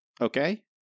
okay